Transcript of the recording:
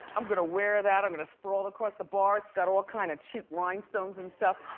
i'm gonna wear that, i'm gonna sprawl across the bar, it's got all kinda cheap rhinestones and stuff.